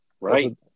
Right